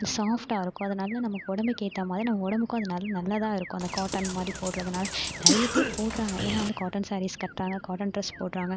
சாஃப்ட்டாக இருக்கும் அதனால நமக்கு உடம்புக்கு ஏற்ற மாதிரி நம்ம உடம்புக்கும் அதனால நல்லதான் இருக்கும் அந்த காட்டன் மாதிரி போடுறதுனால நிறைய பேர் போடுறாங்க ஏன்னால் வந்து காட்டன் சாரீஸ் கட்டுறாங்க காட்டன் ட்ரெஸ் போடுறாங்க